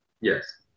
Yes